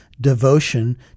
devotion